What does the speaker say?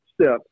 step